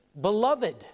beloved